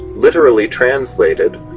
literally translated,